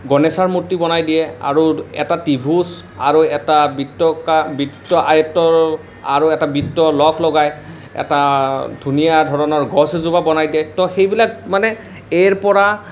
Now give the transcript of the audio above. গণেশৰ মূৰ্তি বনাই দিয়ে আৰু এটা ত্ৰিভুজ আৰু এটা বৃত্ত অঁকা বৃত্ত আয়ত্ত আৰু এটা বৃত্ত লগলগাই এটা ধুনীয়া ধৰণৰ গছ এজোপা বনাই দিয়ে ত' সেইবিলাক মানে এ ৰ পৰা